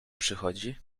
przychodzi